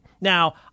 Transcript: Now